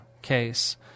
case